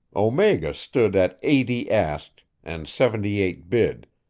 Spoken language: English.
omega stood at eighty asked, and seventy-eight bid,